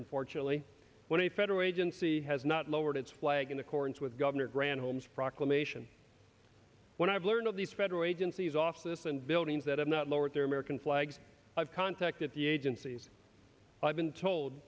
unfortunately when a federal agency has not lowered its flag in accordance with governor granholm proclamation when i've learned of these federal agencies office and buildings that have not lowered their american flags i've contacted the agencies i've been told